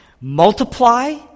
multiply